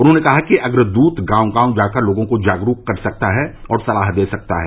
उन्होंने कहा कि अग्रदूत गांव गांव जाकर लोगों को जागरूक कर सकता है और सलाह र्द सकता है